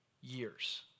years